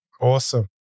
Awesome